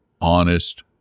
honest